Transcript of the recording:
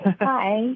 Hi